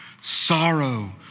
sorrow